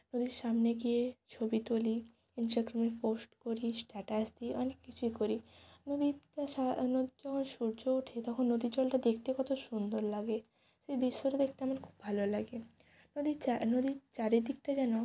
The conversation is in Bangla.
নদীর সামনে গিয়ে ছবি তুলি ইন্সটাগ্রামে পোস্ট করি স্ট্যাটাস দিই অনেক কিছুই করি নদী তার সা নদীতে যখন সূর্য ওঠে তখন নদীর জলটা দেখতে কত সুন্দর লাগে সেই দৃশ্যটা দেখতে আমার খুব ভালো লাগে নদীর চা নদীর চারিদিকটা যেন